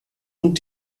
und